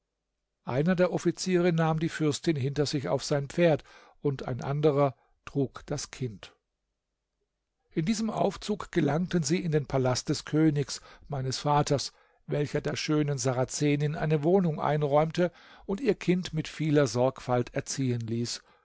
einer der offiziere nahm die fürstin hinter sich auf sein pferd und ein anderer trug das kind in diesem aufzug gelangten sie in den palast des königs meines vaters welcher der schönen sarazenin eine wohnung einräumte und ihr kind mit vieler sorgfalt erziehen ließ